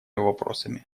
вопросами